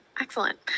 excellent